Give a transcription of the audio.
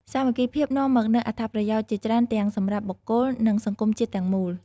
សាមគ្គីភាពនាំមកនូវអត្ថប្រយោជន៍ជាច្រើនទាំងសម្រាប់បុគ្គល និងសង្គមជាតិទាំងមូល។